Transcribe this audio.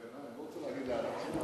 הערת ביניים, לא רוצה להגיד הערת שוליים.